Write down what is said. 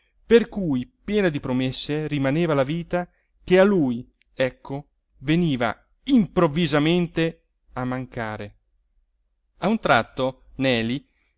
per cui piena di promesse rimaneva la vita che a lui ecco veniva improvvisamente a mancare a un tratto neli